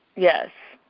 yes,